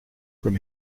from